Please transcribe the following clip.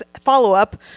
follow-up